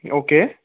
okay